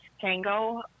tango